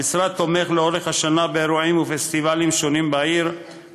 המשרד תומך לאורך השנה באירועים ופסטיבלים שונים בעיר,